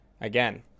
Again